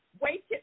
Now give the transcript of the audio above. Wait